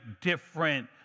different